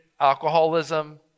alcoholism